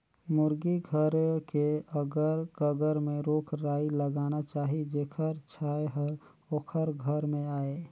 मुरगी घर के अगर कगर में रूख राई लगाना चाही जेखर छांए हर ओखर घर में आय